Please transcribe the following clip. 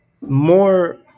more